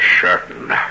certain